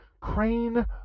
crane